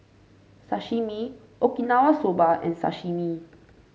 Sashimi Okinawa Soba and Sashimi